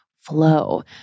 Flow